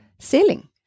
Selling